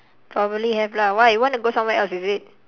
probably have lah why you want to go somewhere else is it